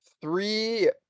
three